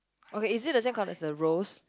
okay is it the same colour is the rose